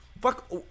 fuck